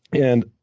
and